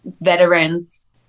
veterans